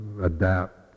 adapt